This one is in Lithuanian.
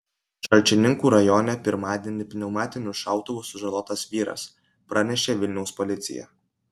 šalčininkų rajone pirmadienį pneumatiniu šautuvu sužalotas vyras pranešė vilniaus policija